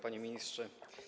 Panie Ministrze!